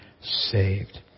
saved